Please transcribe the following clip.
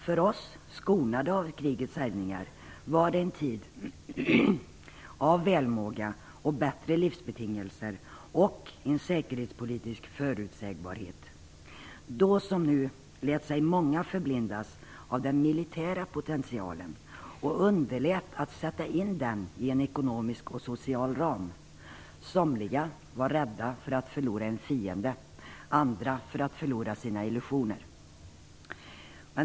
För oss, som skonades av krigets härjningar, var det en tid av välmåga och bättre livsbetingelser och en säkerhetspolitisk förutsägbarhet. Då, som nu, lät sig många förblindas av den militära potentialen och underlät att sätta in den i en ekonomisk och social ram. Somliga var rädda för att förlora en fiende, andra för att förlora sina illusioner.